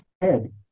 head